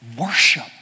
Worship